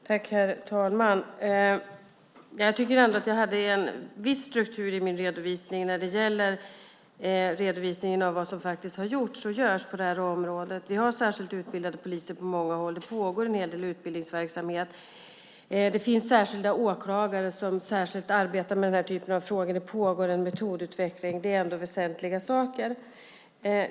Herr talman! Jag tycker ändå att jag hade en viss struktur i min redovisning av vad som faktiskt har gjorts och görs på det här området. Vi har särskilt utbildade poliser på många håll, och det pågår en hel del utbildningsverksamhet. Det finns särskilda åklagare som särskilt arbetar med den här typen av frågor. Det pågår en metodutveckling. Detta är ändå väsentliga saker.